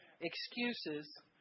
excuses